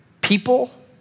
people